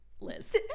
Liz